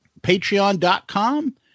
patreon.com